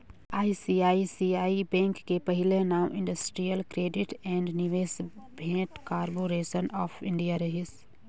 ICICI bank के पहिले नांव industrial credit and investment corporation of India रहिस